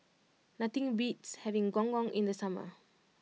nothing beats having Gong Gong in the summer